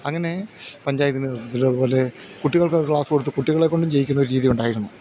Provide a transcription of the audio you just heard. അങ്ങനെ പഞ്ചായത്തിൻ്റെ നേതൃത്തത്തിലോ അതുപോലെ കുട്ടികൾക്ക് ക്ലാസ് കൊടുത്ത് കുട്ടികളെ കൊണ്ടും ചെയ്യിക്കുന്ന ഒരു രീതിയുണ്ടായിരുന്നു